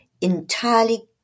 entirely